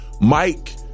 Mike